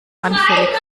anfällig